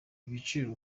ibiciro